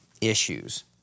issues